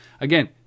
again